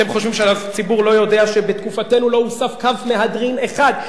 אתם חושבים שהציבור לא יודע שבתקופתנו לא הוסף קו מהדרין אחד,